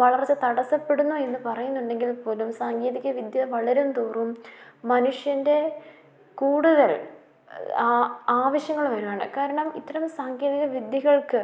വളർച്ച തടസ്സപ്പെടുന്നു എന്നു പറയുന്നുണ്ടെങ്കിൽ പോലും സാങ്കേതികവിദ്യ വളരും തോറും മനുഷ്യൻ്റെ കൂടുതൽ ആവശ്യങ്ങൾ വരികയാണ് കാരണം ഇത്തരം സാങ്കേതിക വിദ്യകൾക്ക്